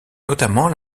notamment